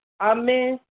amen